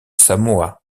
samoa